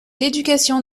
l’éducation